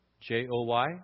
J-O-Y